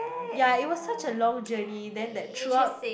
ya it was such a long journey then that throughout